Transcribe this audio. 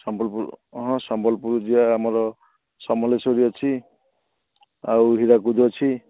ସମ୍ବଲପୁର ହଁ ସମ୍ବଲପୁର ଯିବା ଆମର ସମଲେଶ୍ଵରୀ ଅଛି ଆଉ ହୀରାକୁଦ ଅଛି